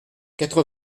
quatre